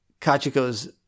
Kachiko's